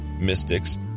mystics